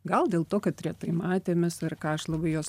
gal dėl to kad retai matėmės ar ką aš labai jos